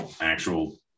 actual